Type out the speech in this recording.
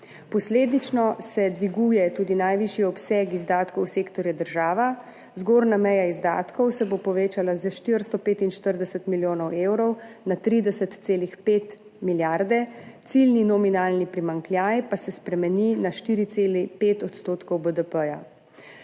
Posledično se dviguje tudi najvišji obseg izdatkov sektorja država, zgornja meja izdatkov se bo povečala za 445 milijonov evrov na 30,5 milijarde, ciljni nominalni primanjkljaj pa se spremeni na 4,5 % BDP.